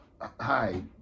hi